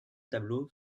tableaux